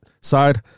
side